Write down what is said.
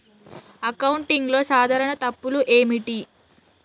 అకౌంటింగ్లో సాధారణ తప్పులు ఏమిటి?